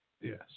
Yes